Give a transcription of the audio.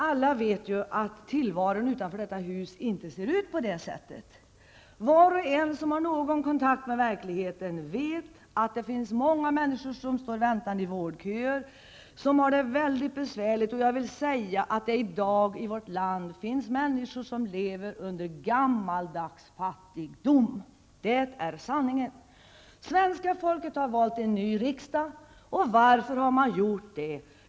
Alla vet ju att tillvaron utanför detta hus inte ser ut på det sättet. Var och en som har någon kontakt med verkligheten vet att det finns många människor som står väntande i vårdköer, som har det mycket besvärligt. Jag vill säga att det i dag i vårt land finns människor som lever under gammaldags fattigdom. Det är sanningen. Svenska folket har valt en ny riksdag, och varför har man gjort det?